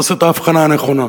לא עושה את האבחנה הנכונה.